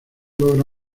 logra